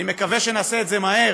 אני מקווה שנעשה את זה מהר,